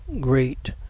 great